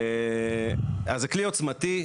אז זה כלי עוצמתי.